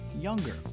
younger